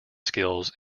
skills